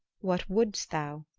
what wouldst thou?